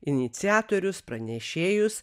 iniciatorius pranešėjus